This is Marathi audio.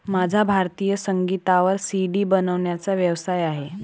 माझा भारतीय संगीतावर सी.डी बनवण्याचा व्यवसाय आहे